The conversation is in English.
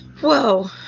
Whoa